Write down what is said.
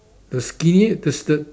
the skinny the s~ the